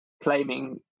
claiming